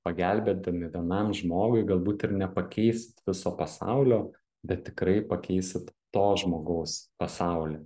pagelbėdami vienam žmogui galbūt ir nepakeisit viso pasaulio bet tikrai pakeisit to žmogaus pasaulį